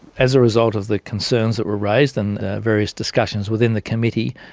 as a result of the concerns that were raised and various discussions within the committee,